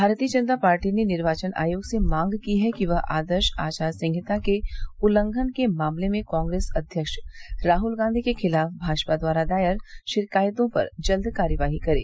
भारतीय जनता पार्टी ने निर्वाचन आयोग से मांग की है कि वह आदर्श आचार संहिता के उल्लंघन के मामले में कांग्रेस अध्यक्ष राहुल गांधी के खिलाफ भाजपा द्वारा दायर शिकायतों पर जल्द कार्रवाई करे